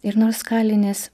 ir nors kalinės